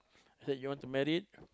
I said you want to married